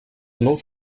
nous